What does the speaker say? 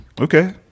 okay